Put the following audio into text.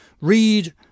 Read